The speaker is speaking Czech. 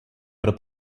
pro